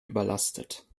überlastet